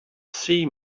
see